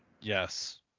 Yes